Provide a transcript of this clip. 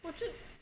我就